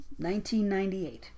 1998